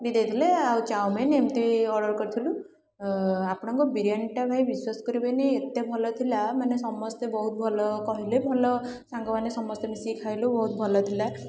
ବି ଦେଇଥିଲେ ଆଉ ଚାଉମିନ୍ ଏମତି ଅର୍ଡ଼ର୍ କରିଥିଲୁ ଆପଣଙ୍କ ବିରିୟାନୀଟା ଭାଇ ବିଶ୍ୱାସ କରିବେନି ଏତେ ଭଲଥିଲା ମାନେ ସମସ୍ତେ ବହୁତ ଭଲ କହିଲେ ଭଲ ସାଙ୍ଗମାନେ ସମସ୍ତେ ମିଶିକି ଖାଇଲୁ ବହୁତ ଭଲଥିଲା